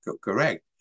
correct